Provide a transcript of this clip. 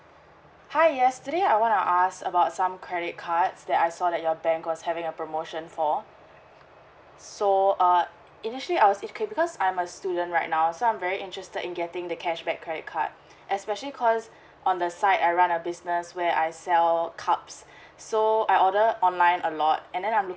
hi yesterday I want to ask about some credit cards that I saw that your bank was having a promotion for so err initially I was okay because I'm a student right now so I'm very interested in getting the cashback credit card especially because on the side I run a business where I sell cups so I order online a lot and then I'm